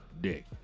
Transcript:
dick